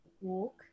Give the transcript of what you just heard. walk